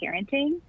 parenting